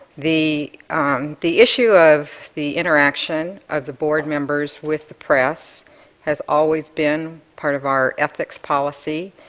the the issue of the interaction of the board members with the press has always been part of our ethics policy,